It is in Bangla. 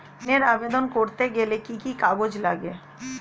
ঋণের আবেদন করতে গেলে কি কি কাগজ লাগে?